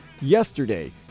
yesterday